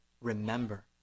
remember